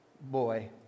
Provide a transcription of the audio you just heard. boy